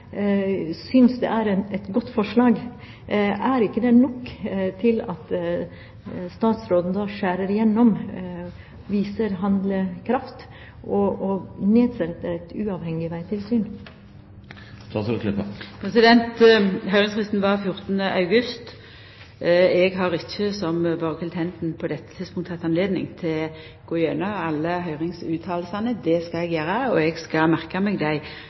det er et godt forslag, er ikke det nok til at statsråden da skjærer igjennom og viser handlekraft ved å nedsette et uavhengig veitilsyn? Høyringsfristen var 14. august i fjor. Eg har ikkje, som Borghild Tenden, på dette tidspunktet hatt høve til å gå gjennom alle høyringsutsegnene. Det skal eg gjera, og eg skal merka meg dei